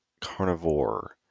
Carnivore